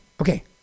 okay